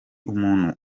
umuntu